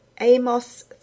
Amos